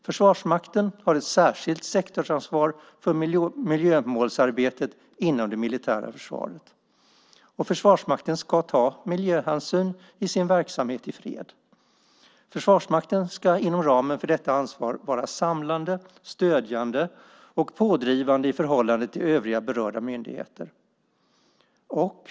Försvarsmakten har ett särskilt sektorsansvar för miljömålsarbetet inom det militära försvaret. Försvarsmakten ska ta miljöhänsyn i sin verksamhet i fred. Försvarsmakten ska inom ramen för detta ansvar vara samlande, stödjande och pådrivande i förhållande till övriga berörda myndigheter.